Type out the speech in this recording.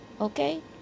Okay